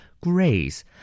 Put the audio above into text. Grace